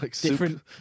different